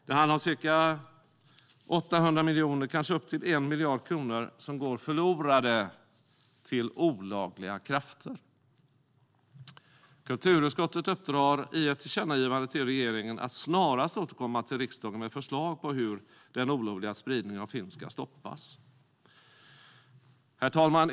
Det handlar om ca 800 miljoner, kanske uppemot 1 miljard kronor som går förlorade till olagliga krafter. Kulturutskottet uppdrar i ett tillkännagivande till regeringen att snarast återkomma till riksdagen med förslag på hur den olovliga spridningen av film ska stoppas. Herr talman!